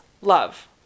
love